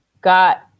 got